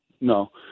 no